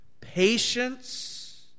patience